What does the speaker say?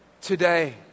today